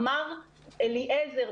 אמר אליעזר,